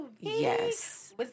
yes